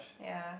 ya